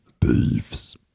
beefs